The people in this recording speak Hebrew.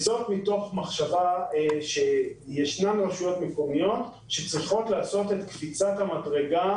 וזאת מתוך מחשבה שישנן רשויות מקומיות שצריכות לעשות את קפיצת המדרגה